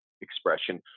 expression